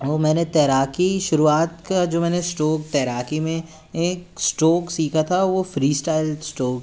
मैंने तैराकी शुरुआत का जो मैंने इस्ट्रोक तैराकी में एक इस्ट्रोक सीखा था वो फ्री इस्टाइल इस्टोक